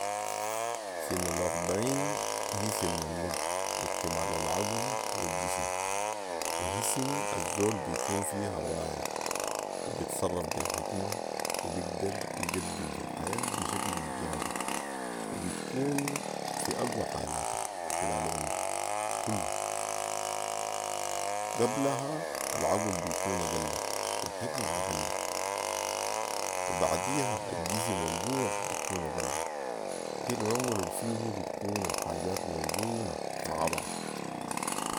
سن الاربعين هي سن النضج واكتمال العقل والجسم وهي سن الزول بيكون فيها واعي وبيتصرف وبي حكمة وبيقدر يقدم في الحياه بشكل ايجابي و بتكون في اقوي حالاتك خلال عمرك كله .قبلها العقل بيكون اقل والحكمه اقل وبعديها الجسم والقوه بتكون اقل هي العمر الفيه بتكون الحاجات موزونه مع بعض